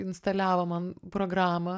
instaliavo man programą